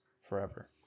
forever